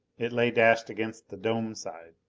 it lay dashed against the dome side.